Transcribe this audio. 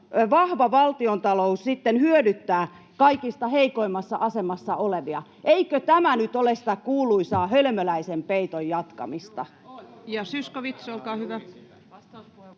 vahva valtiontalous sitten hyödyttää kaikista heikoimmassa asemassa olevia. Eikö tämä nyt ole sitä kuuluisaa hölmöläisen peiton jatkamista?